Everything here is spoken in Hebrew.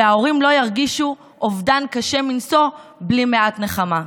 ושההורים לא ירגישו אובדן קשה מנשוא בלי מעט נחמה.